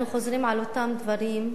אנחנו חוזרים על אותם דברים,